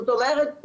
אומרת,